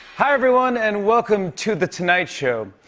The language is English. hi, everyone, and welcome to the tonight show.